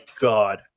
god